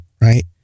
right